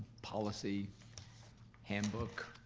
policy handbook.